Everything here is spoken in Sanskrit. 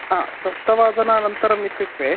आ सप्तवादनानन्तरम् इत्युक्ते